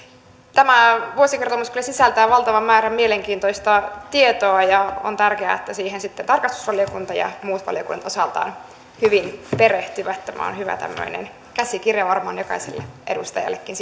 tämä vuosikertomus kyllä sisältää valtavan määrän mielenkiintoista tietoa ja on tärkeää että siihen sitten tarkastusvaliokunta ja muut valiokunnat osaltaan hyvin perehtyvät tämä on tämmöinen hyvä käsikirja varmaan jokaiselle edustajallekin